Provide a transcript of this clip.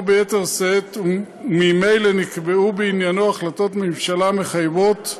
ביתר שאת וממילא נקבעו בעניינו החלטות ממשלה מחייבות,